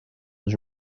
was